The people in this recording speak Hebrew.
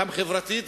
גם חברתית,